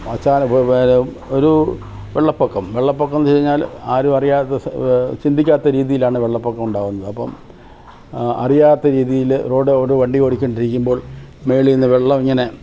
വേ വേറെ ഒരു വെള്ളപ്പൊക്കം വെള്ളപ്പൊക്കം വന്നുകഴിഞ്ഞാല് ആരുമറിയാതെ ചിന്തിക്കാത്ത രിതിയിലാണ് വെള്ളപ്പൊക്കമുണ്ടാവുന്നത് അപ്പോള് അറിയാത്ത രീതിയില് റോഡിനോട് വണ്ടി ഓടിച്ചുകൊണ്ടിരിക്കുമ്പോൾ മുകളില്നിന്ന് വെള്ളമിങ്ങനെ